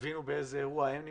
תבינו באיזה אירוע הם נמצאים.